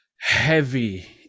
heavy